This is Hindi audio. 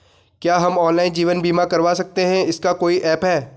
क्या हम ऑनलाइन जीवन बीमा करवा सकते हैं इसका कोई ऐप है?